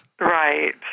Right